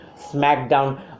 Smackdown